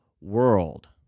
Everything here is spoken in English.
world